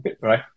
Right